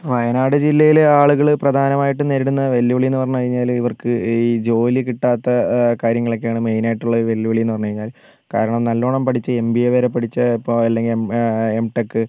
വയനാട് ജില്ലയിലെ ആളുകൾ പ്രധാനമായിട്ടും നേരിടുന്ന വെല്ലുവിളിയെന്ന് പറഞ്ഞുകഴിഞ്ഞാൽ ഇവർക്ക് ഈ ജോലി കിട്ടാത്ത കാര്യങ്ങളൊക്കെയാണ് മെയിൻ ആയിട്ടുള്ള വെല്ലുവിളീന്ന് പറഞ്ഞുകഴിഞ്ഞാൽ കാരണം നല്ലോണം പഠിച്ച എം ബി എ വരെ പഠിച്ച അപ്പോൾ അല്ലെങ്കിൽ എം ടെക്ക്